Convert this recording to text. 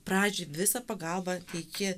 pradžiai visą pagalbą teiki